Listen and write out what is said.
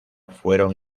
fueron